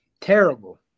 Terrible